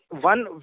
one